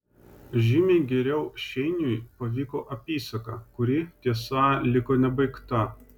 žymiai geriau šeiniui pavyko apysaka kuri tiesa liko nebaigta